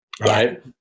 Right